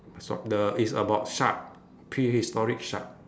s~ the it's about shark prehistoric shark